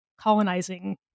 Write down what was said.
colonizing